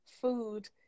food